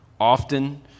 Often